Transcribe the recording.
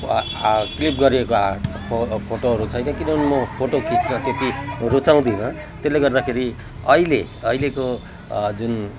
clip गरिएका फो फोटोहरू छैन किनभने म फोटो खिच्न त्यति रुचाउँदिन त्यसले गर्दाखेरि अहिले अहिलेको जुन